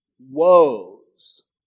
Woes